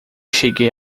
cheguei